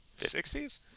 60s